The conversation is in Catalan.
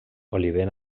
oliver